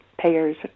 payers